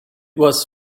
was